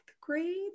grade